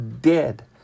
dead